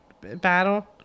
battle